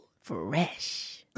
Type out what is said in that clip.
Fresh